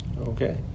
Okay